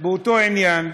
באותו עניין,